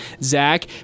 Zach